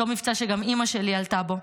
אותו מבצע שגם אימא שלי עלתה בו.